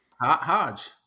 hodge